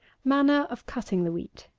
manner of cutting the wheat.